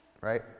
Right